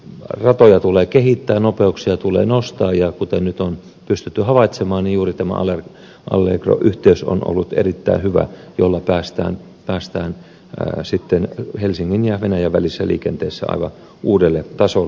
ratoja tulee kehittää nopeuksia tulee nostaa ja kuten nyt on pystytty havaitsemaan juuri tämä allegro yhteys on ollut erittäin hyvä ja sillä päästään helsingin ja venäjän välisessä liikenteessä aivan uudelle tasolle